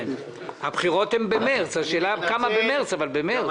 הבחירות הן במרץ, השאלה כמה במרץ, אבל במרץ.